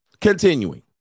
Continuing